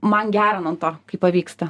man gera nuo to kai pavyksta